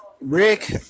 Rick